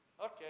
Okay